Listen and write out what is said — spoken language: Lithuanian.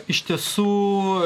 iš tiesų